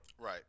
right